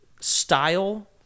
style